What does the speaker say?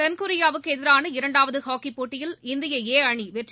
தென்கொரியாவுக்கு எதிரான இரண்டாவது ஹாக்கிப் போட்டியில் இந்தியா ஏ அணி வெற்றி